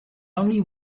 only